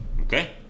Okay